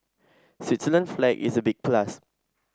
Switzerland's flag is a big plus